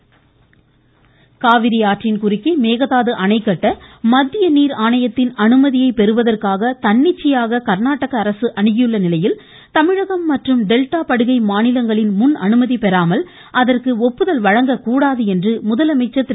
பிரதமர் கடிதம் காவிரி ஆற்றின் குறுக்கே மேகதாது அணை கட்ட மத்திய நீர் ஆணையத்தின் அனுமதியை பெறுவதற்காக தன்னிச்சையாக கா்நாடக அரசு அனுகியுள்ள நிலையில் தமிழகம் மற்றும் டெல்டா படுகை மாநிலங்களின் முன்அனுமதி பெறாமல் அதற்கு ஒப்புதல் வழங்கக்கூடாது என்று முதலமைச்சர் திரு